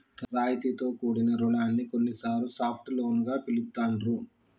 రాయితీతో కూడిన రుణాన్ని కొన్నిసార్లు సాఫ్ట్ లోన్ గా పిలుత్తాండ్రు